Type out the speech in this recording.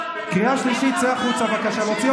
"כאן